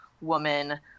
woman